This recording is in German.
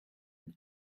den